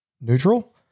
neutral